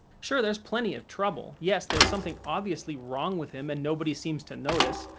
sure, there's plenty of trouble. yes there's something obviously wrong with him and nobody seems to notice.